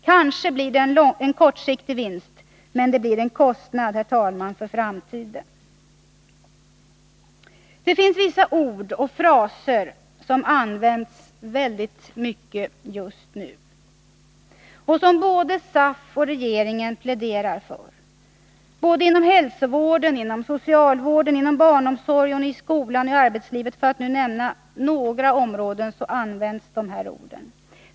Kanske blir det en kortsiktig vinst, men det blir en Det finns vissa ord och fraser som används väldigt mycket just nu och som både SAF och regeringen pläderar för. Inom hälsovården, socialvården och barnomsorgen, i skolorna och arbetslivet, för att nu nämna några områden, används dessa ord.